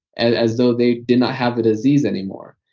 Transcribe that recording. and as though they did not have the disease anymore.